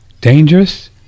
dangerous